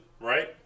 right